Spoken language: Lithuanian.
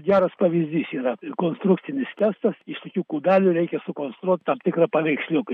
geras pavyzdys yra konstrukcinis testas iš tokių kubelių reikia sukonstruot tam tikrą paveiksliuką